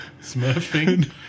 Smurfing